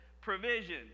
provision